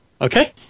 Okay